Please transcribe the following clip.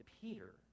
Peter